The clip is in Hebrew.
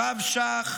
הרב שך,